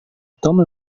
tom